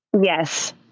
Yes